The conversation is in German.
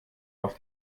auf